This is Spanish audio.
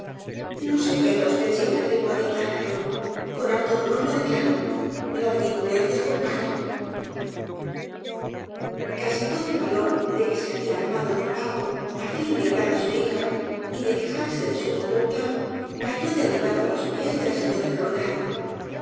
no se ofen da usted si me atrevo á declararlo con harto do lor lo declaro la ridiculez le acompaña casi todo el valor de que se había armado don paco á fin de hablar á su hija y de quejarse de su conducta cayó derribado á los pies de la señora de roldán